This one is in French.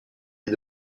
des